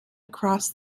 across